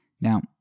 Now